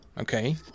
Okay